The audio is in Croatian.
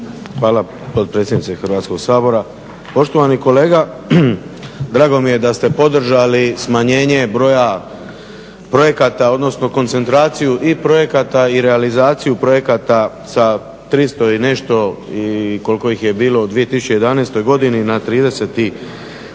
Hvala potpredsjednice Hrvatskog sabora. Poštovani kolega, drago mi je da ste podržali smanjenje broja projekata odnosno koncentraciju i projekata i realizaciju projekata sa 300 i nešto koliko ih je bilo u 2011. godini na 34 koliko